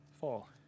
fall